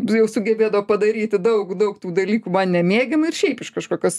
jau sugebėdavo padaryti daug daug tų dalykų man nemėgiamų ir šiaip iš kažkokios